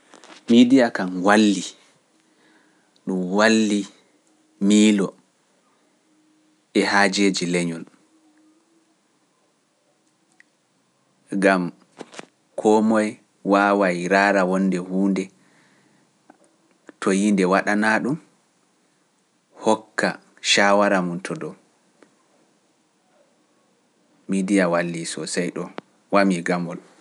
Miidiya kam walli, walli miilo e haajeeji leñol. Gam koo moye waaway raara wonde huunde to yiinde waɗana ɗum hokka caawara mum to ɗo. Miidiya walli so sey ɗo wamii gamol.